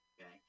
Okay